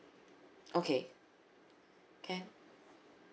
okay can